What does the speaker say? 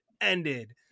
ended